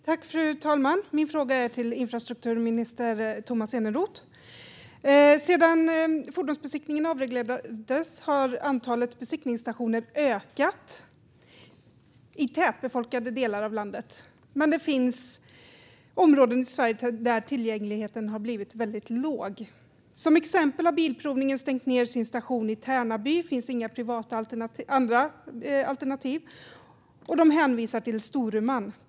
Fru talman! Min fråga går till infrastrukturminister Tomas Eneroth. Sedan fordonsbesiktningen avreglerades har antalet besiktningsstationer ökat i tätbefolkade delar av landet. Men det finns områden i Sverige där tillgängligheten har blivit väldigt liten. Till exempel har Bilprovningen stängt sin station i Tärnaby, och där finns inga andra alternativ. De hänvisar till Storuman.